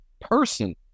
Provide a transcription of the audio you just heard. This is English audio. person